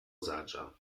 saĝa